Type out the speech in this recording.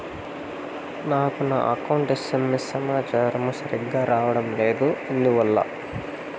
నాకు నా account SMS సమాచారము సరిగ్గా రావడం లేదు ఎందువల్ల?